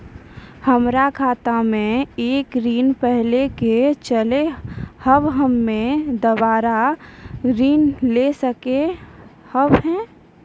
हमर खाता मे एक ऋण पहले के चले हाव हम्मे दोबारा ऋण ले सके हाव हे?